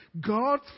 God